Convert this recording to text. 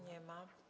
Nie ma.